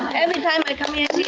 every time i come here,